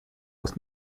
was